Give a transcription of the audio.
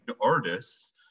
artists